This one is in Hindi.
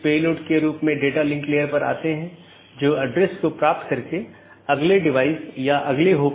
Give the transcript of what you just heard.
यदि तय अवधी के पूरे समय में सहकर्मी से कोई संदेश प्राप्त नहीं होता है तो मूल राउटर इसे त्रुटि मान लेता है